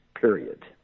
period